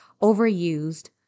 overused